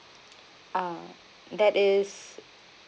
uh that is